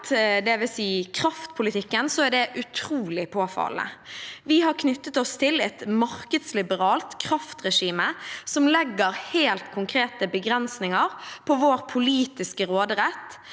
felt, dvs. kraftpolitikken, er det utrolig påfallende. Vi har knyttet oss til et markedsliberalt kraftregime som legger helt konkrete begrensninger på vår politiske råderett,